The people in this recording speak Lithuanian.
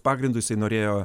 pagrindu jisai norėjo